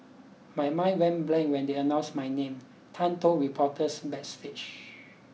my mind went blank when they announced my name Tan told reporters backstage